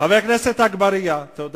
תודה, חבר הכנסת שאמה.